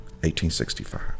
1865